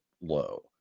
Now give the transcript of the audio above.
low